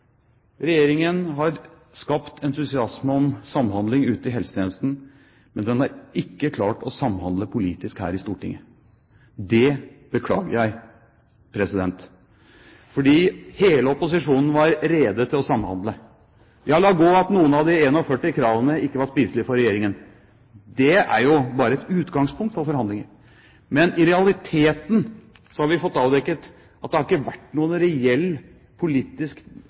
Regjeringen har skapt entusiasme om samhandling ute i helsetjenesten, men den har ikke klart å samhandle politisk her i Stortinget. Det beklager jeg, fordi hele opposisjonen var rede til å samhandle. La gå at noen av de 42 kravene ikke var spiselige for Regjeringen. Det er jo bare et utgangspunkt for forhandlinger. Men i realiteten har vi fått avdekket at det ikke har vært noen reell politisk